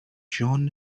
john